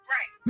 Right